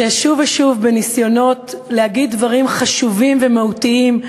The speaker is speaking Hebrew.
ששוב ושוב בניסיונות להגיד דברים חשובים ומהותיים,